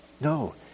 No